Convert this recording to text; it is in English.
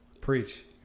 preach